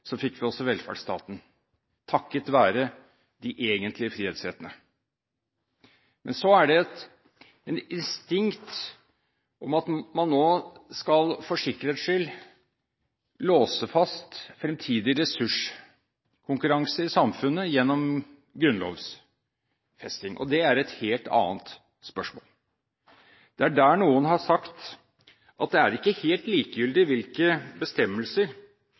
fikk vi også velferdsstaten – takket være de egentlige frihetsrettene. Men så er det et instinkt om at man nå for sikkerhets skyld skal låse fast fremtidig ressurskonkurranse i samfunnet gjennom grunnlovfesting. Det er et helt annet spørsmål. Det er der noen har sagt at det ikke er helt likegyldig hvilke bestemmelser